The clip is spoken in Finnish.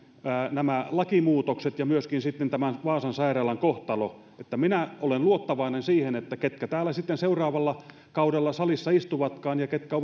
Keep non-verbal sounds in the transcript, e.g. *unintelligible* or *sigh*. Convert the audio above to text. nämä lakimuutokset ja myöskin sitten tämän vaasan sairaalan kohtalo minä olen luottavainen että ne jotka täällä sitten seuraavalla kaudella salissa istuvatkaan ja jotka *unintelligible*